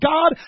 God